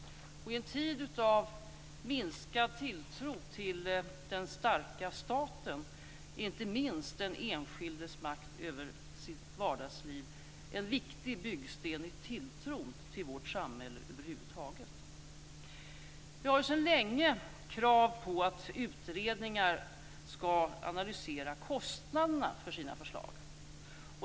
I en tid av minskad tilltro till den starka staten är inte minst den enskildes makt över sitt vardagsliv en viktig byggsten i tilltron till vårt samhälle över huvud taget. Vi har sedan länge krav på att utredningar skall analysera kostnaderna för sina förslag.